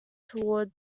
toward